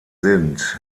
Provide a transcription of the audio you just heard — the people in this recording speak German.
sind